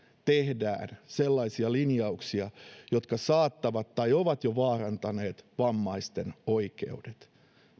tehdään sellaisia linjauksia jotka saattavat vaarantaa tai ovat jo vaarantaneet vammaisten oikeudet